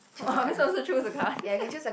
!wah! are we supposed to choose the card